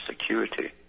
security